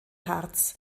harz